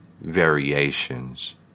variations